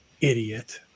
idiot